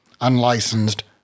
unlicensed